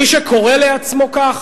מי שקורא לעצמו כך,